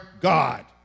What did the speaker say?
God